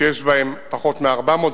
שיש פחות מ-400.